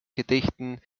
gedichten